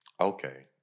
okay